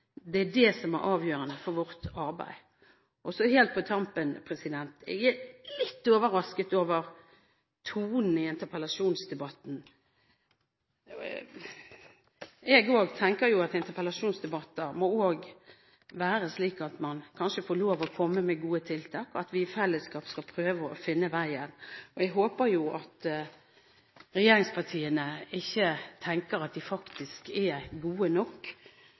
det er det som er avgjørende for vårt arbeid. Så helt på tampen: Jeg er litt overrasket over tonen i interpellasjonsdebatten. Også jeg tenker at interpellasjonsdebatter må være slik at man kanskje får lov til å komme med gode tiltak, og at vi i fellesskap skal prøve å finne veien. Jeg håper at regjeringspartiene ikke tenker at de faktisk er gode nok,